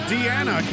Deanna